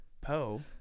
poe